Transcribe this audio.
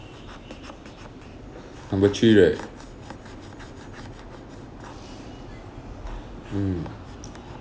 number three right mm